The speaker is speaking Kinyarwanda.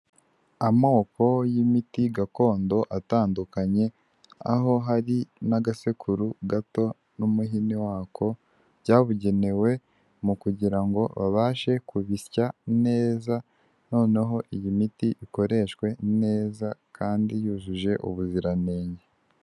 Amoko y'imiti gakondo atandukanye, aho hari n'agasekuru gato n'umuhini wako byabugenewe mu kugira ngo babashe kubisya neza, noneho iyi miti ikoreshwe neza kandi yujuje ubuziranenge.